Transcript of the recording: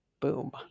boom